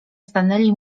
stanęli